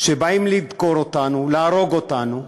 שבאים לדקור אותנו, להרוג אותנו,